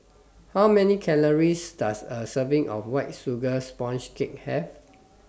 How Many Calories Does A Serving of White Sugar Sponge Cake Have